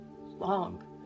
long